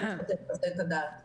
צריך לתת את הדעת לזה.